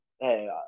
hey